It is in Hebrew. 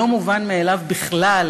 לא מובן מאליו בכלל,